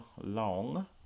long